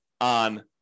on